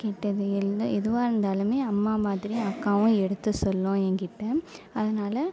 கெட்டது எல்லாம் எதுவாக இருந்தாலுமே அம்மா மாதிரி அக்காவும் எடுத்து சொல்லும் என்கிட்ட அதனால